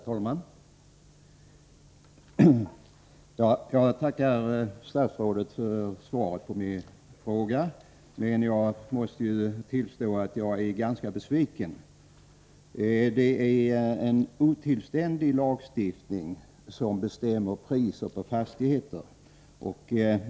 Herr talman! Jag tackar statsrådet för svaret på min fråga. Men jag måste tillstå att jag är ganska besviken. Det är en otillständig lagstiftning som bestämmer priset på fastigheter.